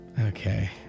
okay